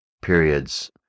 periods